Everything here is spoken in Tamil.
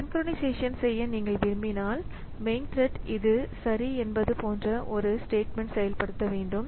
சின்குறைநைசேஷன் செய்ய நீங்கள் விரும்பினால் மெயின் த்ரெட் இது சரி என்பது போன்ற ஓர் ஸ்டேட்மெண்ட் செயல்படுத்த வேண்டும்